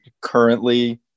currently